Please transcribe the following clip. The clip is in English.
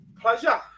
pleasure